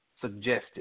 suggested